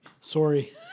Sorry